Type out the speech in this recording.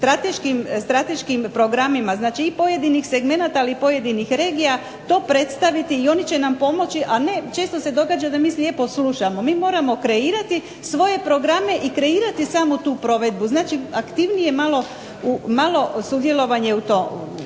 strateškim programima, znači pojedinih segmenata i pojedinih regija, to predstaviti i oni će nam pomoći a ne često se događa da mi slijepo slušamo, a ne mi moramo kreirati svoje programe i kreirati samu tu provedbu. Znači aktivnije malo sudjelovanje u